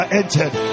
entered